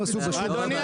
אדוני